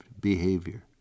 behavior